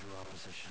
opposition